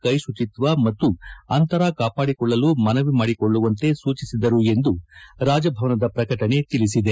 ಕೈ ಕುಟಿತ್ವ ಮತ್ತು ಅಂತರ ಕಾಪಾಡಿಕೊಳ್ಳಲು ಮನವಿ ಮಾಡಿಕೊಳ್ಳಲು ಸೂಚಿಸಿದರು ಎಂದು ರಾಜಭವನದ ಪ್ರಕಟಣೆ ತಿಳಿಸಿದೆ